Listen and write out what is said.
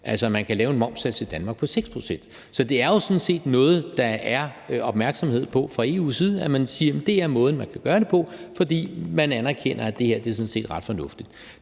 altså at man kan lave en momssats i Danmark på 6 pct. Så det er jo sådan set noget, der er opmærksomhed på fra EU's side, altså at man siger, at det er måden, det kan gøres på, fordi man anerkender, at det sådan set er ret fornuftigt.